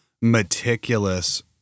meticulous